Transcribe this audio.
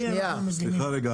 סליחה, רגע.